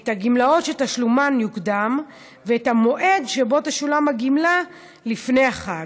את הגמלאות שתשלומן יוקדם ואת המועד שבו תשולם הגמלה לפני החג,